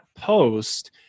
post